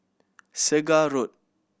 Segar Road